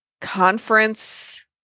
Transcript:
Conference